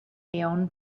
lyon